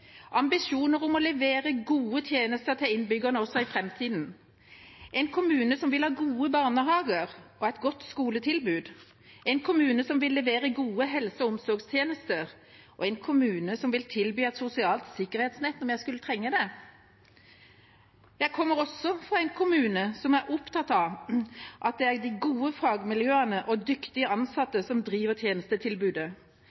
ambisjoner om å levere gode tjenester til innbyggerne også i framtida, en kommune som vil ha gode barnehager og et godt skoletilbud, en kommune som vil levere gode helse- og omsorgstjenester, en kommune som vil tilby et sosialt sikkerhetsnett om jeg skulle trenge det. Jeg kommer fra en kommune som er opptatt av at det er de gode fagmiljøene og dyktige